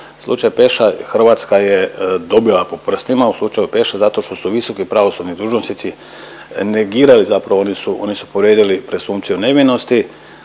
Slučaj Peša Hrvatska je dobila po prstima u slučaju Peša zato što su visoki pravosudni dužnosnici negirali zapravo oni su povrijedili presumpciju nevinosti,